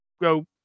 go